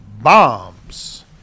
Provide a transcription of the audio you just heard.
bombs